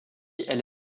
elle